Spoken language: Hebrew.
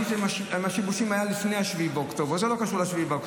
משבשים סביבת עבודה, לא סוף שבוע.